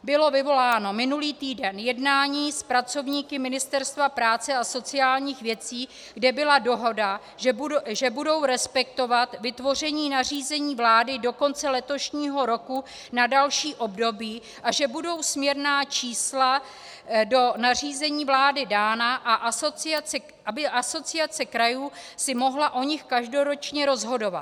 Bylo vyvoláno minulý týden jednání s pracovníky Ministerstva práce a sociálních věcí, kde byla dohoda, že budou respektovat vytvoření nařízení vlády do konce letošního roku na další období a že budou směrná čísla do nařízení vlády dána, aby Asociace krajů si mohla o nich každoročně rozhodovat.